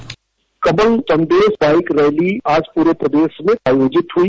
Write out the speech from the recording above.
bite Kamal Sandesh bike rally आज पूरे प्रदेश में आयोजित हुई